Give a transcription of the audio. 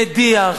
מדיח,